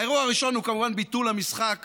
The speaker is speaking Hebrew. האירוע הראשון הוא כמובן ביטול המשחק